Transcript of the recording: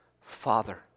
Father